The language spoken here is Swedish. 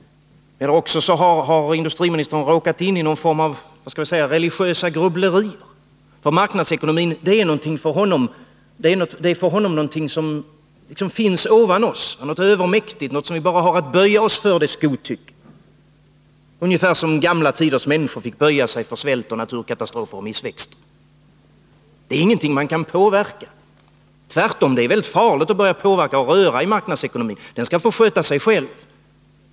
Eller också har industriministern råkat in i någon form av — skall vi säga — religiösa grubblerier. Marknadsekonomin är för honom någonting som finns ovan oss, något övermäkigt vars godtycke vi bara har att böja oss för, ungefär som gamla tiders människor fick böja sig för svält, naturkatastrofer och missväxt. Det är ingenting som man kan påverka. Tvärtom, det är mycket farligt att börja påverka och röra i marknadsekonomin. Den skall få sköta sig själv.